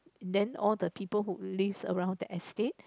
then all the people who lives around the estate